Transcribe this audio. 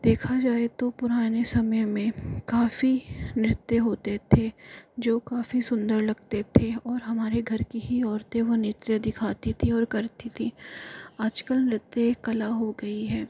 देखा जाए तो पुराने समय में काफ़ी नृत्य होते थे जो काफ़ी सुंदर लगते थे और हमारे घर की ही औरतें वो नृत्य दिखाई थी और करती थी आज कल नृत्य कला हो गई है